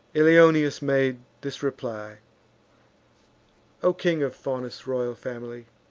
ilioneus made this reply o king, of faunus' royal family!